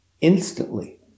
instantly